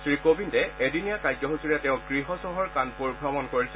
শ্ৰী কোবিন্দে এদিনীয়া কাৰ্যসূচীৰে তেওঁৰ গৃহ চহৰ কানপুৰ ভ্ৰমণ কৰিছে